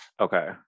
Okay